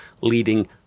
leading